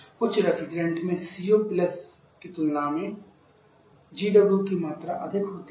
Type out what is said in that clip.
कुछ रेफ्रिजरेंट में CO की तुलना में GWP की मात्रा काफी अधिक होती है